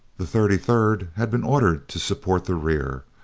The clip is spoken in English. the thirty-third had been ordered to support the rear.